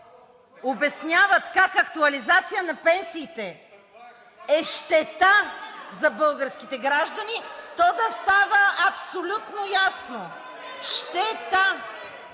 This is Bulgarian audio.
обясняват как актуализация на пенсиите е щета за българските граждани, то да става абсолютно ясно каква